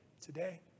today